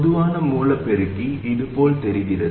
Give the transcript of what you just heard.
பொதுவான மூல பெருக்கி இது போல் தெரிகிறது